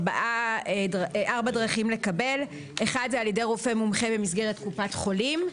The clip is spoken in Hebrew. ארבע דרכים לקבל: (1) זה על ידי רופא מומחה במסגרת קופת חולים,